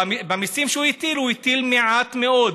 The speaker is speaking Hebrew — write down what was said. במיסים שהוא הטיל הוא הטיל מעט מאוד,